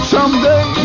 Someday